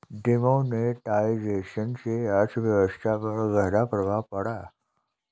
demonetisation से अर्थव्यवस्था पर ग़हरा प्रभाव पड़ा